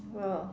well